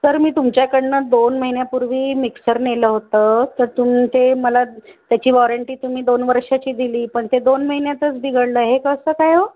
sir मी तुमच्याकडनं दोन महिन्यापूर्वी मिक्सर नेलं होतं तर तुम्ही ते मला त्याची वॉरंटी तुम्ही दोन वर्षाची दिली पण ते दोन महिन्यातच बिघडलं हे कसं काय हो